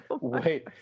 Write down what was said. Wait